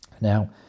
Now